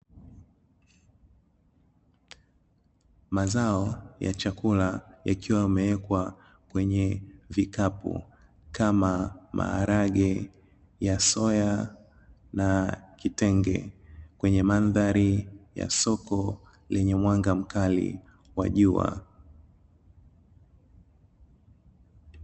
Mazao ya chakula ,yakiwa yamewekwa kwenye vikapu kama, maharage ya soya na kitenge kwenye, mandhari ya soko lenye mwanga mkali wa jua.